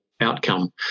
outcome